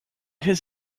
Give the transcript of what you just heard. his